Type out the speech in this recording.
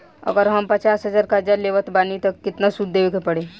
अगर हम पचास हज़ार कर्जा लेवत बानी त केतना सूद देवे के पड़ी?